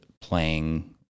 playing